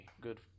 good